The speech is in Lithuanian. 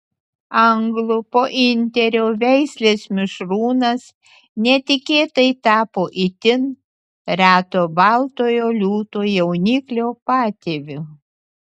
anglų pointerio veislės mišrūnas netikėtai tapo itin reto baltojo liūto jauniklio patėviu